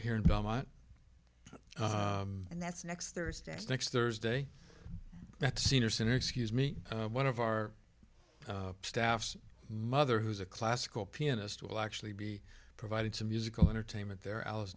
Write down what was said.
here in belmont and that's next thursday next thursday that senior center excuse me one of our staffs mother who's a classical pianist will actually be providing some musical entertainment there alice